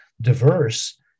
diverse